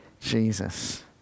Jesus